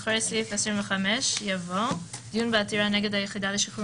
אחרי סעיף 25 יבוא: "דיון בעתירה נגד היחידה לשחרור